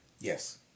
Yes